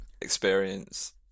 experience